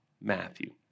Matthew